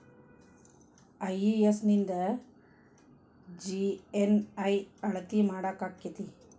IES ನಿಂದ GNI ಅಳತಿ ಮಾಡಾಕಕ್ಕೆತಿ?